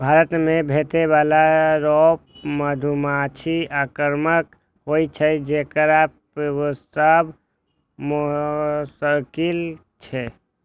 भारत मे भेटै बला रॉक मधुमाछी आक्रामक होइ छै, जेकरा पोसब मोश्किल छै